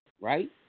right